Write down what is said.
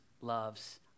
loves